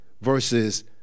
versus